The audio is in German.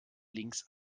links